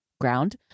ground